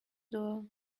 door